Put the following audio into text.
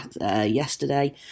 yesterday